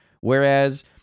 Whereas